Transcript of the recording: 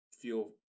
feel